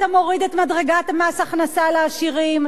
אתה מוריד את מדרגת מס הכנסה לעשירים,